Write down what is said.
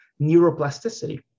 neuroplasticity